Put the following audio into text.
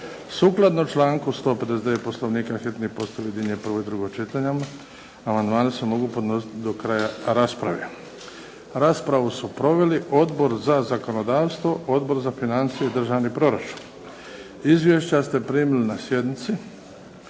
Sukladno članku 159. Poslovnika hitni postupak objedinjuje prvo i drugo čitanje. Amandmani se mogu podnositi do kraja rasprave. Raspravu su proveli Odbor za zakonodavstvo, Odbor za financije i državni proračun. Izvješća ste primili na sjednici.